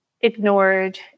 ignored